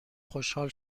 خوشحال